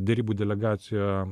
derybų delegacija